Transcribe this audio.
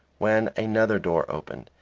when another door opened,